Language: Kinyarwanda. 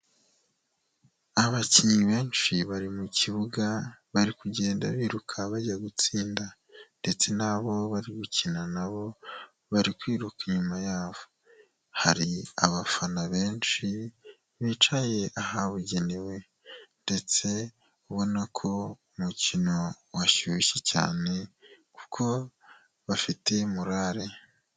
Abakinnyi benshi bari mu kibuga bari kugenda biruka bajya gutsinda ndetse nabo bari gukina na bo bari kwiruka inyuma yabo, hari abafana benshi bicaye ahabugenewe ndetse ubona ko umukino washyushye cyane kuko bafite murare.